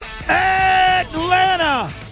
Atlanta